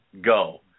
go